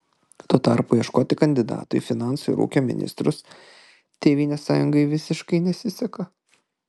tuo tarpu ieškoti kandidatų į finansų ir ūkio ministrus tėvynės sąjungai visiškai nesiseka